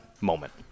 moment